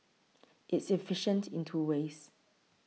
it's efficient in two ways